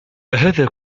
أهذا